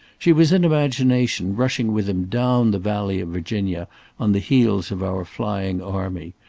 she was in imagination rushing with him down the valley of virginia on the heels of our flying army,